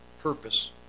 purpose